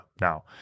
now